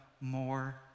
more